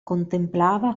contemplava